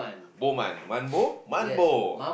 bo mun mun bo mun bo